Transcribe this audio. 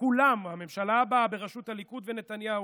הממשלה הבאה בראשות הליכוד ונתניהו,